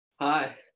Hi